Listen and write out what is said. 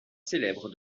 célèbre